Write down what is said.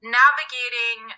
navigating